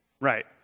Right